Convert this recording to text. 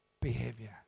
behavior